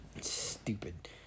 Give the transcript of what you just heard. stupid